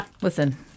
Listen